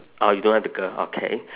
orh you don't have the girl okay